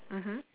mmhmm